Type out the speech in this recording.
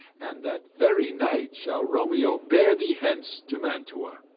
and that very night shall romeo bear thee hence to mantua.